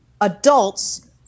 adults